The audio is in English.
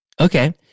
Okay